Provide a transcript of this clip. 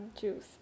juice